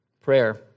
Prayer